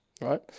right